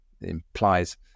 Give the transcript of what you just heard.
implies